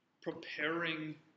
preparing